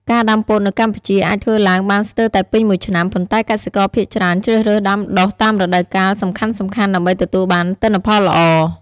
ការដាំពោតនៅកម្ពុជាអាចធ្វើឡើងបានស្ទើរតែពេញមួយឆ្នាំ ប៉ុន្តែកសិករភាគច្រើនជ្រើសរើសដាំដុះតាមរដូវកាលសំខាន់ៗដើម្បីទទួលបានទិន្នផលល្អ។